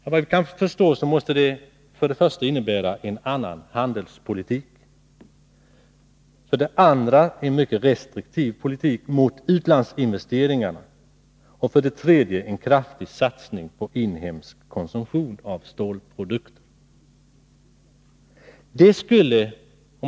Såvitt jag kan förstå måste det innebära för det första en annan handelspolitik, för det andra en mycket restriktiv politik när det gäller utlandsinvesteringarna och för det tredje en kraftig satsning på inhemsk konsumtion av stålprodukter.